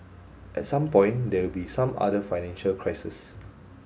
at some point there will be some other financial crises